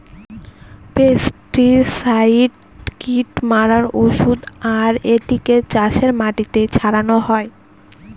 pesticide কীট মারার ঔষধ আর এটিকে চাষের মাটিতে ছড়ানো হয়